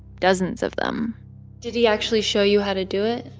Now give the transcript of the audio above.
dozens of them did he actually show you how to do it?